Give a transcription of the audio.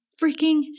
freaking